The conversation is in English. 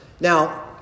Now